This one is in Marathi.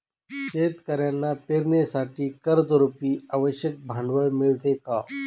शेतकऱ्यांना पेरणीसाठी कर्जरुपी आवश्यक भांडवल मिळते का?